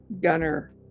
gunner